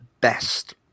best